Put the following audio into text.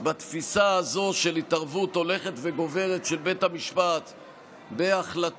בתפיסה הזו של התערבות הולכת וגוברת של בית המשפט בהחלטות,